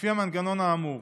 לפי המנגנון האמור.